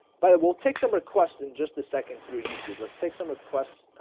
but it will take some requests in just a second through youtube let's take some requests.